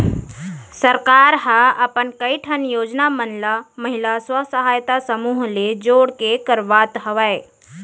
सरकार ह अपन कई ठन योजना मन ल महिला स्व सहायता समूह ले जोड़ के करवात हवय